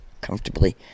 comfortably